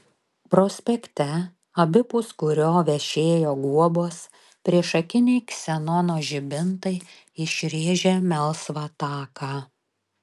prospekte abipus kurio vešėjo guobos priešakiniai ksenono žibintai išrėžė melsvą taką